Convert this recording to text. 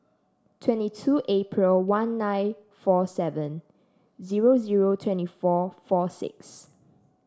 twenty two April one nine four seven zero zero twenty four four six